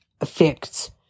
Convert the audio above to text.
effects